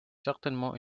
certainement